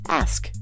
ask